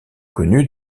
connue